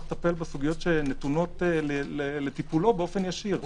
לטפל בסוגיות שנתונות לטיפולו באופן ישיר.